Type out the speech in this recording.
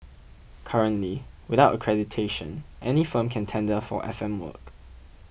currently without accreditation any firm can tender for F M work